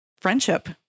friendship